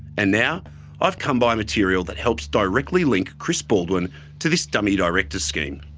and now i've come by material that helps directly link chris baldwin to this dummy directors scheme.